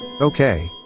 Okay